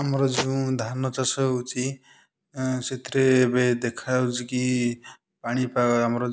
ଆମର ଯେଉଁ ଧାନ ଚାଷ ହେଉଛି ସେଥିରେ ଏବେ ଦେଖା ହେଉଛି କି ପାଣି ପାଗ ଆମର